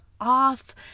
off